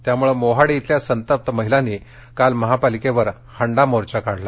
त्यामुळे मोहाडी इथल्या संतप्त महिलांनी काल महापालिकेवर हंडा मोर्चा काढला